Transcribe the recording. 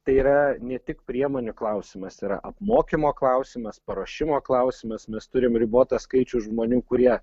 tai yra ne tik priemonių klausimas yra apmokymo klausimas paruošimo klausimas mes turim ribotą skaičių žmonių kurie